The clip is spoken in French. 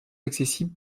accessible